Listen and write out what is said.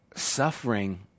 Suffering